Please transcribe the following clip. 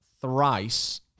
Thrice